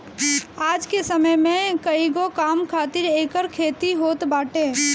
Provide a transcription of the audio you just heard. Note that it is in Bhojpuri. आज के समय में कईगो काम खातिर एकर खेती होत बाटे